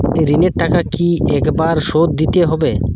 ঋণের টাকা কি একবার শোধ দিতে হবে?